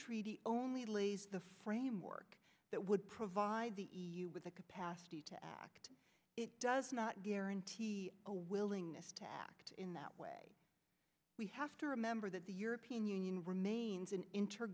treaty only lays the framework that would provide the e u with the capacity to act it does not guarantee a willingness to act in that way we have to remember that the european union remains an